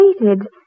waited